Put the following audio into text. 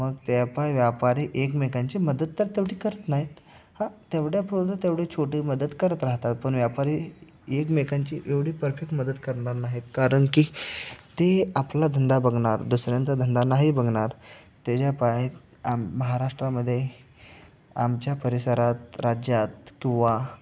मग त्या पायी व्यापारी एकमेकांची मदत तर तेवढी करत नाहीत हा तेवढ्यापुरतं तेवढी छोटे मदत करत राहतात पण व्यापारी एकमेकांची एवढी परफेक्ट मदत करणार नाहीत कारण की ते आपला धंदा बघणार दुसऱ्यांचा धंदा नाही बघणार त्याच्या पायात आम महाराष्ट्रामध्ये आमच्या परिसरात राज्यात किंवा